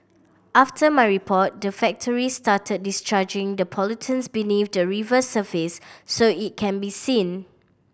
after my report the factory started discharging the pollutants beneath the river surface so it can be seen